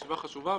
ישיבה חשובה,